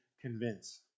convince